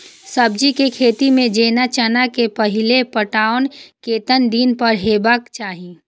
सब्जी के खेती में जेना चना के पहिले पटवन कतेक दिन पर हेबाक चाही?